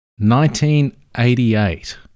1988